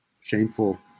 shameful